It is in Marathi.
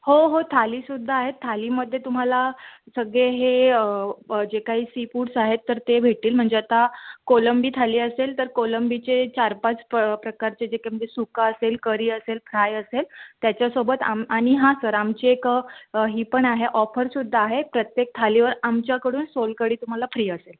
हो हो थालीसुद्धा आहे थालीमध्ये तुम्हाला सगळे हे जे काही सीपुड्स आहेत तर ते भेटतील म्हणजे आता कोलंबी थाली असेल तर कोलंबीचे चार पाच प प्रकारचे जे काही म्हणजे सुकं असेल करी असेल फ्राय असेल त्याच्यासोबत आम आणि हां सर आमचे एक ही पण आहे ऑफरसुद्धा आहे प्रत्येक थालीवर आमच्याकडून सोलकडी तुम्हाला फ्री असेल